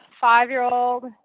five-year-old